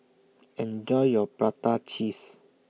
Enjoy your Prata Cheese